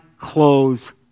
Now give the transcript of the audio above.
clothes